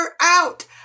out